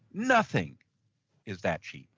nothing is that cheap.